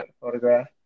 photograph